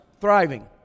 thriving